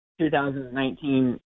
2019